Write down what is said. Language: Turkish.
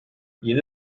yeni